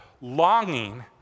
Longing